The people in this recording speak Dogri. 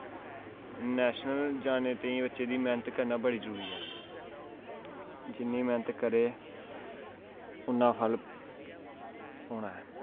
नैशनल जाने ताईं बच्चे दी मैह्नत करना बड़ी जरूरी ऐ जिन्नी मैह्नत करै उन्ना फल पौना ऐ